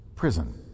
prison